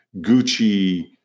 Gucci